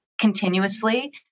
continuously